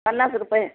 पन्नास रुपये